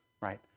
right